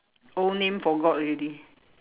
old name forgot already